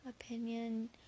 opinion